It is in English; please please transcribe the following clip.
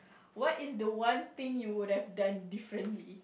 what is the one thing you would have done differently